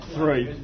Three